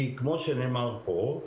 כי כמו שנאמר פה,